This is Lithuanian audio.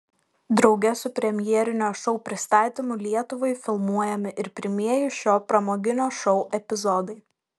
drauge su premjerinio šou pristatymu lietuvai filmuojami ir pirmieji šio pramoginio šou epizodai